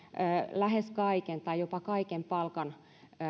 lähes kaiken tai jopa kaiken palkan